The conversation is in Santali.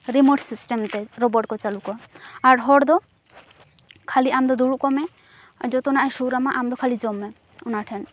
ᱨᱤᱢᱳᱴ ᱥᱤᱥᱴᱮᱢ ᱛᱮ ᱨᱳᱵᱳᱴ ᱠᱚ ᱪᱟᱹᱞᱩ ᱠᱚᱣᱟ ᱟᱨ ᱦᱚᱲ ᱫᱚ ᱠᱷᱟᱹᱞᱤ ᱟᱢᱫᱚ ᱫᱩᱲᱩᱵ ᱠᱚᱜ ᱢᱮ ᱡᱷᱚᱛᱚᱱᱟᱜᱼᱮ ᱥᱩᱨᱟᱢᱟ ᱟᱢᱫᱚ ᱠᱷᱟᱹᱞᱤ ᱡᱚᱢ ᱢᱮ ᱚᱱᱟᱴᱷᱮᱱ